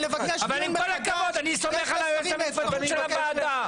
אבל עם הכבוד אני סומך על היועצות המשפטיות של הוועדה.